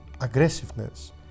aggressiveness